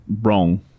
wrong